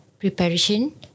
preparation